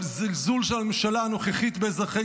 אבל הזלזול של הממשלה הנוכחית באזרחי